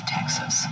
Texas